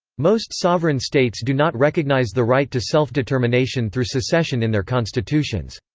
most sovereign states do not recognize the right to self-determination through secession in their constitutions.